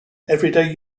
everyday